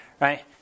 Right